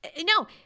no